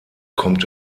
kommt